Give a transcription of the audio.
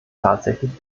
tatsächlich